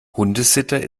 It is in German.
hundesitter